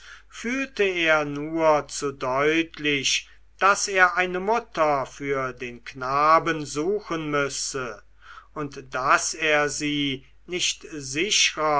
fühlte er nur zu deutlich daß er eine mutter für den knaben suchen müsse und daß er sie nicht sichrer